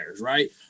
Right